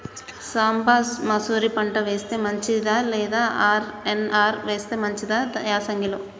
సాంబ మషూరి పంట వేస్తే మంచిదా లేదా ఆర్.ఎన్.ఆర్ వేస్తే మంచిదా యాసంగి లో?